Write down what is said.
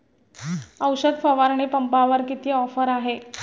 औषध फवारणी पंपावर किती ऑफर आहे?